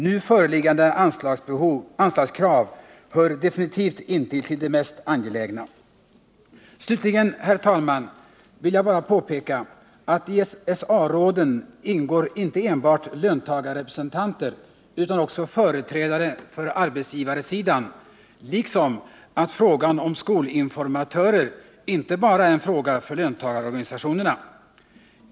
Nu föreliggande anslagskrav hör definitivt inte till de mest angelägna. Slutligen, herr talman, vill jag bara påpeka att det i SSA-råden inte enbart ingår löntagarrepresentanter utan också företrädare för arbetsgivarsidan liksom att frågan om skolinformatörer inte bara är en angelägenhet för löntagarorganisationerna.